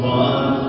one